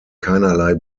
keinerlei